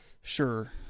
Sure